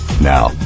Now